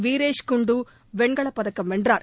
விராஷ் குந்து வெண்கலப் பதக்கம் வென்றார்